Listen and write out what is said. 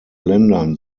ländern